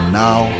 now